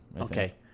Okay